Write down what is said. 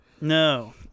No